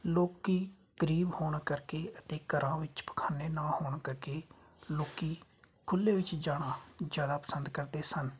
ਲੋਕ ਗਰੀਬ ਹੋਣ ਕਰਕੇ ਅਤੇ ਘਰਾਂ ਵਿੱਚ ਪਖਾਨੇ ਨਾ ਹੋਣ ਕਰਕੇ ਲੋਕ ਖੁੱਲੇ ਵਿੱਚ ਜਾਣਾ ਜ਼ਿਆਦਾ ਪਸੰਦ ਕਰਦੇ ਸਨ